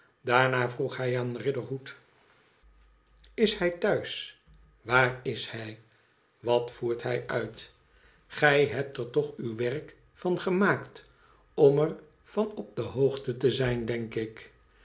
daarna vroeg hij aan riderhood vriend thuis waar is hij wat voert hij uit gij hebt er toch uw werk van gemaakt om er van qp de hoogte te zijn denk ik